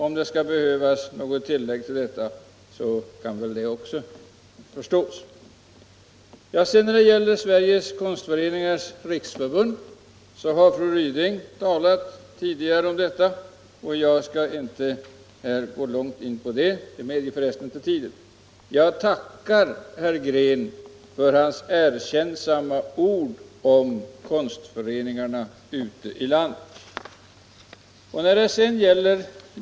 Fru Ryding har tidigare talat om Sveriges Konstföreningars riksförbund, och jag skall inte gå närmare in på det - det medger för resten inte tiden. Jag tackar herr Green för hans erkännsamma ord om konstföreningarna ute i landet.